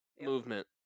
movement